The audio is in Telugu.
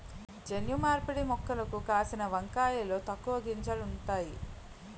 జన్యు మార్పిడి మొక్కలకు కాసిన వంకాయలలో తక్కువ గింజలు ఉంతాయి